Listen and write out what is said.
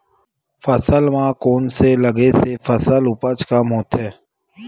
फसल म कोन से लगे से फसल उपज कम होथे?